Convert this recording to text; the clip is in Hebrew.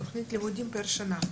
תכנית לימודים פר שנה.